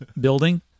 building